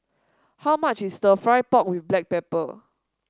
how much is stir fry pork with Black Pepper